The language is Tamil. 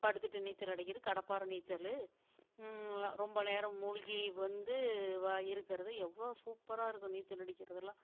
படுத்துகிட்டு நீச்சல் அடிக்கிறது கடப்பாறை நீச்சல் ரொம்ப நேரம் மூழ்கி வந்து இருக்கிறது எவ்வளோ சூப்பராக இருக்கும் நீச்சல் அடிக்கிறதெல்லாம்